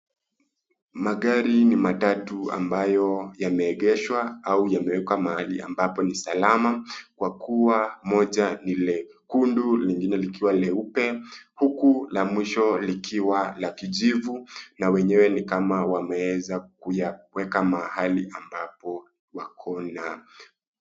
Magari ni matatu ambayo yameegeshwa au yamewekwa mahali ambapo ni salama. Wakua moja ni lekundu, lingine likiwa leupe, uku la mwisho likiwa la kijivu, na wenyewe ni kama wameeza kuyaweka mahali ambapo wakona.......